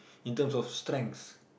in terms of strengths